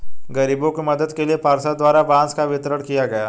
गरीबों के मदद के लिए पार्षद द्वारा बांस का वितरण किया गया